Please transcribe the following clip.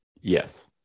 Yes